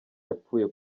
yapfuye